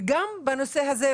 וגם בנושא הזה,